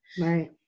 Right